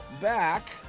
back